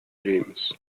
games